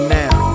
now